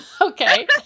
okay